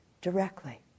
directly